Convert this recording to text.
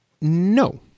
No